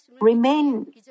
remain